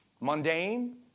mundane